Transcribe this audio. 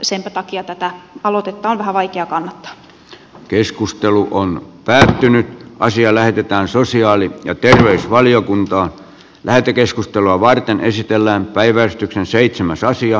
senpä takia tätä aloitetta on päättynyt ja asia lähetetään sosiaali ja terveysvaliokuntaan lähetekeskustelua varten esitellään vähän vaikea kannattaa